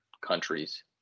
countries